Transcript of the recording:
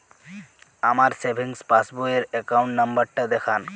আমার সেভিংস পাসবই র অ্যাকাউন্ট নাম্বার টা দেখান?